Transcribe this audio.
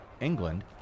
England